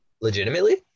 Legitimately